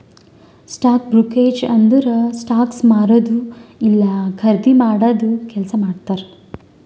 stock brokerage ಅಂದುರ್ stocks ಮಾರದು ಇಲ್ಲಾ ಖರ್ದಿ ಮಾಡಾದು ಕೆಲ್ಸಾ ಮಾಡ್ತಾರ್